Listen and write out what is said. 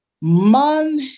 man